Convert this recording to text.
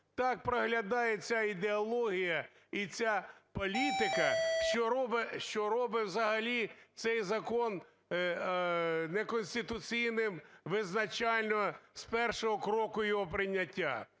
так проглядається ідеологія і ця політика, що робить взагалі цей закон неконституційним визначально з першого кроку його прийняття.